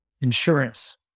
insurance